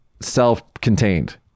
self-contained